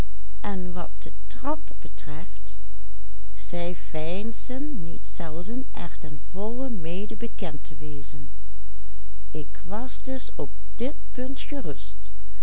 volle mede bekend te wezen ik was dus op dit punt gerust